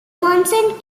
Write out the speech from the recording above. manson